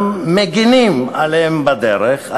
גם מגינים עליהם בדרך,